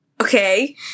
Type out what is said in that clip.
Okay